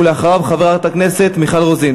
אחריו, חברת הכנסת מיכל רוזין.